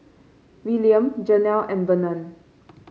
Wiliam Janel and Verna